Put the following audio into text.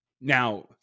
Now